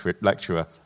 lecturer